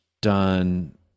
done